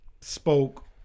spoke